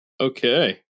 Okay